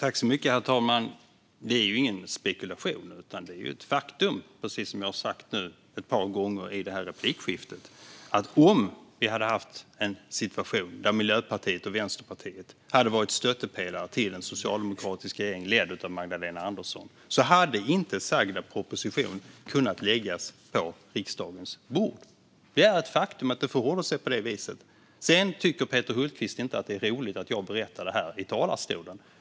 Herr talman! Det är ingen spekulation. Som jag har sagt ett par gånger i detta replikskifte är det ett faktum att om vi hade haft en situation där Miljöpartiet och Vänsterpartiet var stöttepelare till en socialdemokratisk regering ledd av Magdalena Andersson hade inte sagda proposition kunnat läggas på riksdagens bord. Det är ett faktum att det förhåller sig på det viset. Peter Hultqvist tycker inte att det är roligt att jag berättar det i talarstolen.